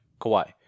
Kawhi